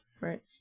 Right